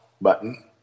button